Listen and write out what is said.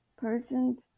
persons